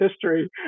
history